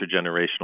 intergenerational